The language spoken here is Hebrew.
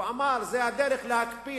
הוא אמר שזאת הדרך להקפיא,